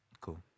Cool